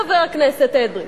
חבר הכנסת אדרי.